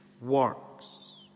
works